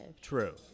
True